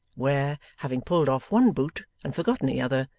where, having pulled off one boot and forgotten the other